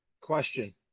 Question